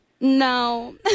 No